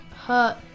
hurt